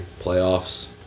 playoffs